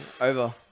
over